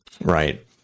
right